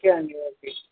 okay అండి okay